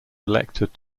elected